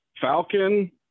Falcon